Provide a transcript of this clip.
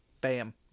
Bam